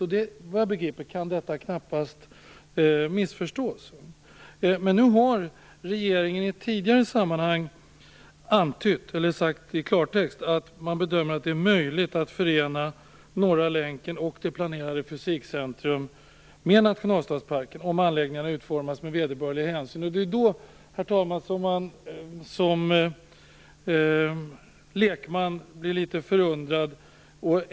Enligt vad jag begriper kan detta knappast missförstås. Men nu har regeringen i ett tidigare sammanhang sagt att man bedömer att det är möjligt att förena Norra länken och det planerade Fysikcentrum med nationalstadsparken, om anläggningarna utformas med vederbörlig hänsyn. Då blir man som lekman litet förundrad.